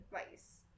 advice